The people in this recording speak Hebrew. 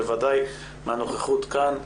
בוודאי מהנוכחות כאן.